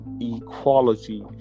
equality